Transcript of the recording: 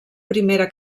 primera